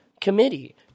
committee